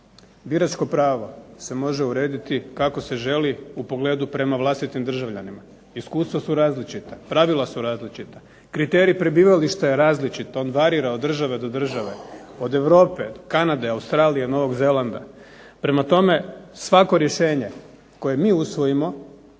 Biračko pravo se može urediti kako se želi u pogledu vlastitih državljana. Iskustva su različita, pravila su različita, kriterij prebivališta je različit on varira od države do države, od Europe, Kanade, Novog zelanda, prema tome svako rješenje koje mi usvojimo